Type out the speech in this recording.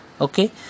Okay